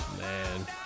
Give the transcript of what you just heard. man